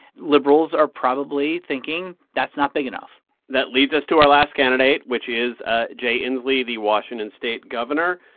liberals are probably thinking, that's not big enough that leads us to our last candidate, which is ah jay inslee, the washington state governor.